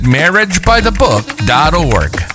marriagebythebook.org